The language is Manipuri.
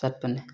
ꯆꯠꯄꯅꯦ